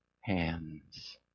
hands